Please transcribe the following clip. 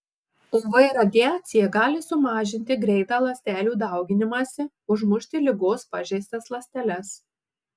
uv radiacija gali sumažinti greitą ląstelių dauginimąsi užmušti ligos pažeistas ląsteles